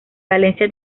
valencia